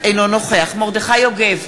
אינו נוכח מרדכי יוגב,